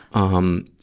um,